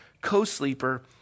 co-sleeper